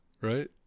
Right